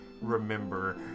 remember